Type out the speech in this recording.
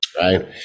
right